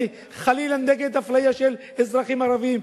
אני נגד אפליה של אזרחים ערבים,